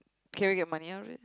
can we get money out of it